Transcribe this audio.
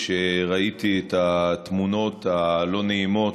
כשראיתי את התמונות הלא-נעימות,